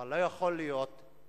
אבל לא יכול להיות דווקא,